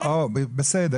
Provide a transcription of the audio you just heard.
בסדר,